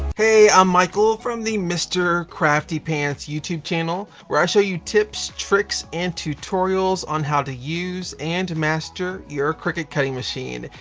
hey, i'm michael from the mr. crafty pants youtube channel, where i show you tips, tricks, and tutorials on how to use and master your cricut cutting machine.